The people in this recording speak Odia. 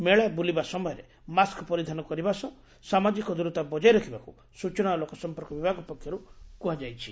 ମେଳା ବୁଲିବା ସମୟରେ ମାସ୍କ ପରିଧାନ କରିବା ସହ ସାମାଜିକ ଦୂରତା ବଜାୟ ରଖିବାକୁ ସୂଚନା ଓ ଲୋକସମ୍ପର୍କ ବିଭାଗ ପକ୍ଷରୁ କୁହାଯାଇଛି